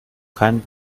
kein